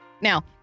Now